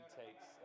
takes